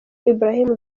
ibrahim